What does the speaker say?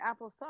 applesauce